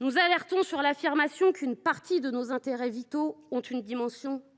Nous alertons quant à l’affirmation selon laquelle « une « partie de nos intérêts vitaux a une dimension